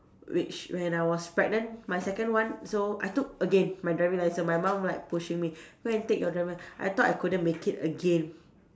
which when I was pregnant my second one so I took again my driving licence my mum like pushing me go and take your driving I thought I couldn't make it again